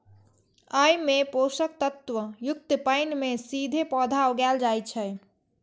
अय मे पोषक तत्व युक्त पानि मे सीधे पौधा उगाएल जाइ छै